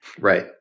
Right